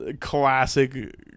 classic